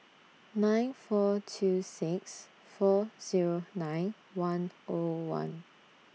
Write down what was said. nine four two six four Zero nine one O one